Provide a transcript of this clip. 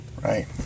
Right